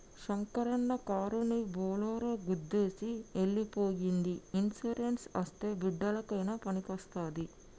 శంకరన్న కారుని బోలోరో గుద్దేసి ఎల్లి పోయ్యింది ఇన్సూరెన్స్ అస్తే బిడ్డలకయినా పనికొస్తాది